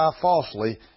falsely